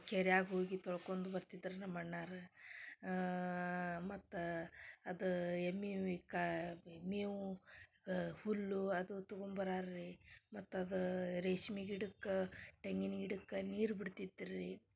ಕೆರಿಯಾಗ ಹೋಗಿ ತೊಳ್ಕೊಂಡ್ ಬರ್ತಿದ್ರು ನಮ್ಮ ಅಣ್ಣಾರು ಮತ್ತು ಅದು ಎಮ್ಮೆ ಮೇವು ಹುಲ್ಲು ಅದು ತೊಗೊಂಬರಾರು ರೀ ಮತ್ತು ಅದು ರೇಷ್ಮೆ ಗಿಡಕ್ಕೆ ತೆಂಗಿನ ಗಿಡಕ್ಕೆ ನೀರು ಬಿಡ್ತಿದ್ರು ರೀ